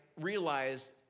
realized